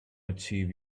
achieve